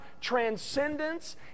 transcendence